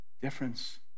difference